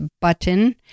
button